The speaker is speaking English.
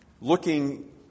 looking